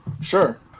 Sure